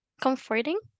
comforting